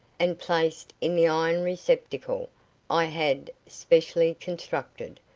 and placed in the iron receptacle i had specially constructed,